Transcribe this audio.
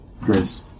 Grace